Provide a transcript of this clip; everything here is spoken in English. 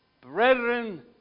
Brethren